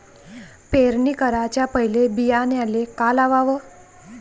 पेरणी कराच्या पयले बियान्याले का लावाव?